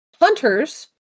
hunters